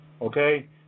okay